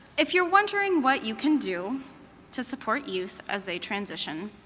if you're wondering what you can do to support youth as they transition,